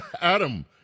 adam